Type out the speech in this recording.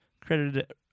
credited